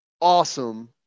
awesome